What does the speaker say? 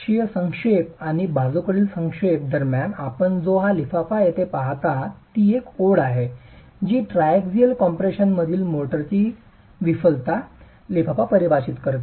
अक्षीय संक्षेप आणि बाजूकडील संक्षेप दरम्यान आपण जो हा एनवेलोप येथे पाहता तो एक ओळ ठीक आहे जी ट्रायक्सियल कम्प्रेशन मधील मोर्टारची विफलता एनवेलोप परिभाषित करते